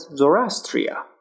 Zoroastria